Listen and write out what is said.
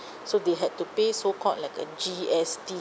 so they had to pay so called like a G_S_T